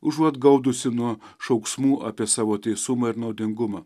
užuot gaudusi nuo šauksmų apie savo teisumą ir naudingumą